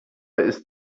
ist